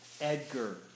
Edgar